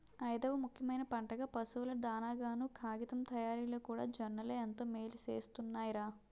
ఐదవ ముఖ్యమైన పంటగా, పశువుల దానాగాను, కాగితం తయారిలోకూడా జొన్నలే ఎంతో మేలుసేస్తున్నాయ్ రా